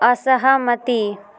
असहमति